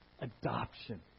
Adoption